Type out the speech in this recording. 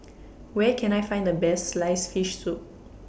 Where Can I Find The Best Sliced Fish Soup